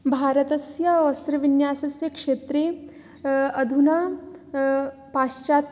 भारतस्य वस्त्रविन्यासस्य क्षेत्रे अधुना पाश्चा